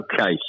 Okay